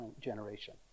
generation